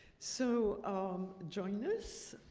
so um join us,